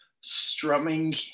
strumming